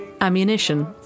ammunition